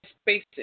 spaces